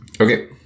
Okay